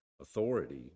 authority